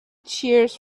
cheers